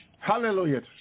Hallelujah